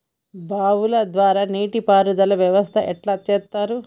బావుల ద్వారా నీటి పారుదల వ్యవస్థ ఎట్లా చేత్తరు?